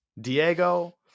Diego